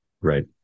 Right